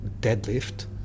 deadlift